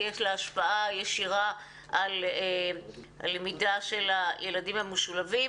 כי יש לה השפעה ישירה על הלמידה של הילדים המשולבים,